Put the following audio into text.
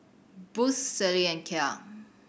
Boost Sealy and Kia